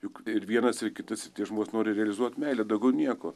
juk ir vienas ir kitas žmogus nori realizuot meilę daugiau nieko